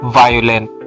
violent